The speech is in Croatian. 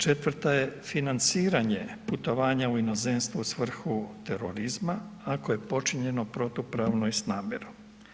Četvrta je financiranje putovanja u inozemstvo u svrhu terorizma ako je počinjeno protupravno i s namjerom.